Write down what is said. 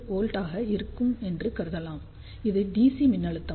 3 V ஆக இருக்கும் என்று கருதலாம் அது DC மின்னழுத்தம்